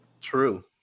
True